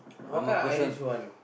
what kind of ideas you want